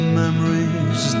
memories